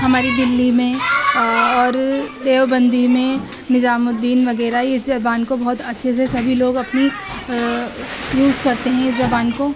ہماری دہلی میں اور دیوبند میں نظام الدین وغیرہ اس زبان کو بہت اچھے سے سبھی لوگ اپنی یوز کرتے ہیں اس زبان کو